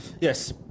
yes